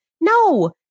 No